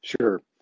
Sure